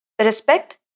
respect